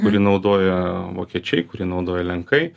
kurį naudoja vokiečiai kurį naudoja lenkai